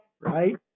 Right